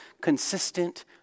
consistent